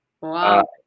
Wow